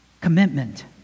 commitment